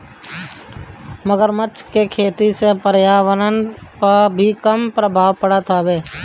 मगरमच्छ के खेती से पर्यावरण पअ भी कम प्रभाव पड़त हवे